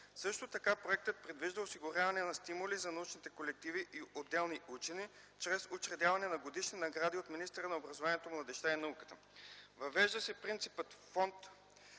Също така проектът предвижда осигуряване на стимули за научните колективи и отделни учени чрез учредяване на годишни награди от министъра на образованието, младежта и науката. Въвежда се принципът фонд